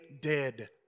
dead